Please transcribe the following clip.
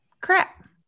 Crap